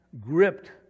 gripped